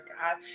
God